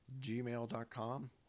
gmail.com